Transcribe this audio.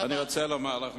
את אמרת: